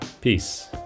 Peace